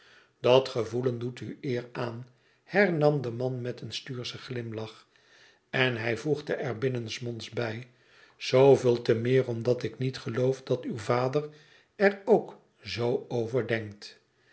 idat gevoelen doet u eer aan hernam de man met een stuurschen glimlach en hij voegde er binnensmonds bij zooveel te meer omdat ik niet geloof dat uw vader er ook zoo over denkt